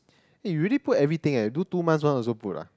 eh you really put everything eh do two months also put ah